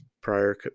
prior